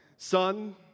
Son